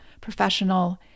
professional